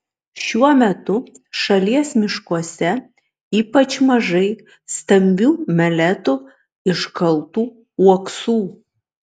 šiuo metu šalies miškuose ypač mažai stambių meletų iškaltų uoksų